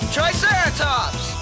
Triceratops